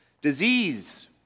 disease